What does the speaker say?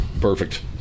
Perfect